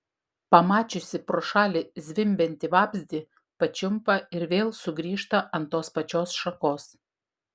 pamačiusi pro šalį zvimbiantį vabzdį pačiumpa ir vėl sugrįžta ant tos pačios šakos